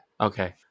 Okay